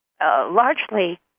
largely